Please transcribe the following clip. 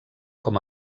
com